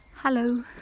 Hello